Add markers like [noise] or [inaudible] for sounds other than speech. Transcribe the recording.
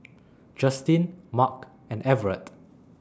[noise] Justin Marc and Everette